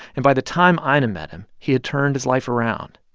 and by the time ah ina met him, he had turned his life around.